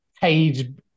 page